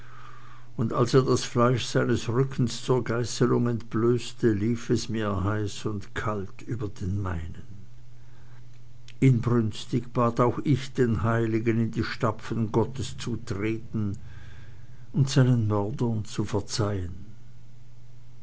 und als er das fleisch seines rückens zur geißelung entblößte lief es mir heiß und kalt über den meinen inbrünstig bat auch ich den heiligen in die stapfen gottes zu treten und seinen mördern zu verzeihen